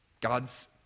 God's